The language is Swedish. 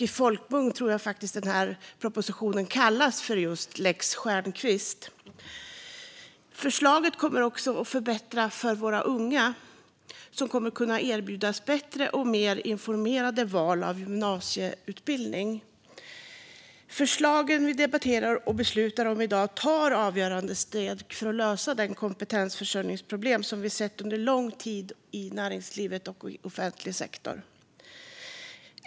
I folkmun tror jag faktiskt att den här propositionen kallas för just lex Stjernkvist. Förslaget kommer också att förbättra för våra unga som kommer att kunna erbjudas bättre och mer informerade val av gymnasieutbildning. Förslagen som vi debatterar och beslutar om i dag tar avgörande steg för att lösa de kompetensförsörjningsproblem som vi sett under lång tid i näringslivet och den offentliga sektorn.